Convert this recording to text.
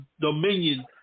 Dominion